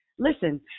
Listen